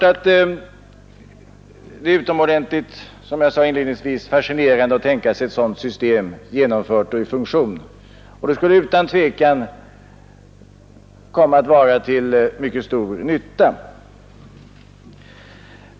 Det är som jag sade inledningsvis utomordentligt fascinerande att tänka sig ett sådant system genomfört och i funktion. Och det skulle utan tvivel komma att vara till mycket stor nytta.